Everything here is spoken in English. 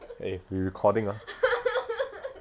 eh we recording ah